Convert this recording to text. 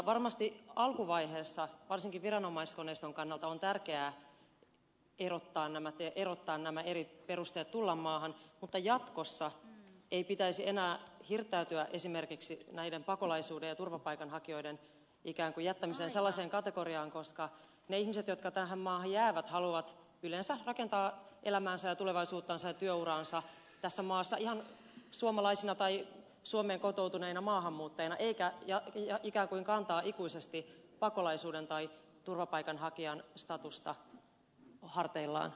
varmasti alkuvaiheessa varsinkin viranomaiskoneiston kannalta on tärkeää erottaa nämä eri perusteet tulla maahan mutta jatkossa ei pitäisi enää hirttäytyä esimerkiksi näiden pakolaisuuden ja turvapaikanhakijoiden jättämiseen sellaiseen kategoriaan koska ne ihmiset jotka tähän maahan jäävät haluavat yleensä rakentaa elämäänsä ja tulevaisuuttansa ja työuraansa tässä maassa ihan suomalaisina tai suomeen kotoutuneina maahanmuuttajina eivätkä ikään kuin kantaa ikuisesti pakolaisuuden tai turvapaikanhakijan statusta harteillaan